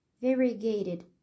variegated